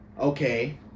Okay